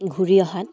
ঘূৰি অহাত